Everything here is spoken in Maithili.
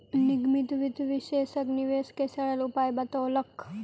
निगमित वित्त विशेषज्ञ निवेश के सरल उपाय बतौलक